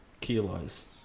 kilos